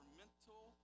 mental